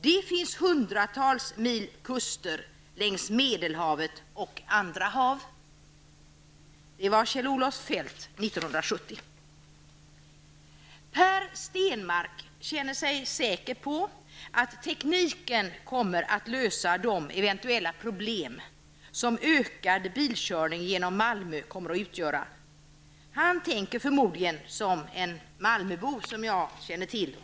Det finns hundratals mil kuster längs Medelhavet och andra hav.'' Så sade Kjell-Olof Feldt 1970. Per Stenmarck känner sig säker på att tekniken kommer att lösa de eventuella problem som ökad bilkörning genom Malmö kommer att medföra. Per Stenmarck tänker förmodligen likadant som en Malmöbo som jag känner till.